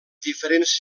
diferents